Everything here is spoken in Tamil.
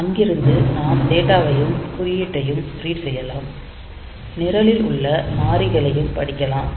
அங்கிருந்து நாம் டேட்டாவையும் குறியீட்டையும் ரீட் செய்யலாம் நிரலில் உள்ள மாறிலிகளையும் படிக்கலாம்